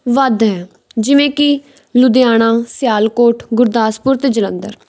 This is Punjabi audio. ਵੱਧ ਹੈ ਜਿਵੇਂ ਕਿ ਲੁਧਿਆਣਾ ਸਿਆਲਕੋਟ ਗੁਰਦਾਸਪੁਰ ਅਤੇ ਜਲੰਧਰ